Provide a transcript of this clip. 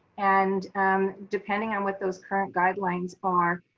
and depending on what those current guidelines are,